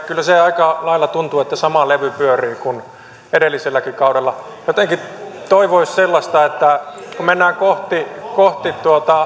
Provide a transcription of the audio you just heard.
kyllä aika lailla siltä että sama levy pyörii kuin edelliselläkin kaudella jotenkin toivoisi sellaista että kun mennään kohti kohti